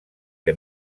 que